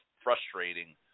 frustrating